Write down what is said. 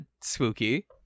spooky